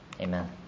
Amen